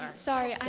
um sorry,